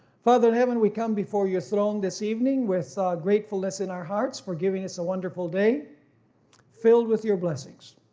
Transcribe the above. father in heaven we come before your throne this evening with gratefulness in our hearts for giving us a wonderful day filled with your blessings.